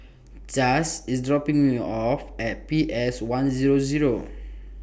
Chaz IS dropping Me off At P S one Zero Zero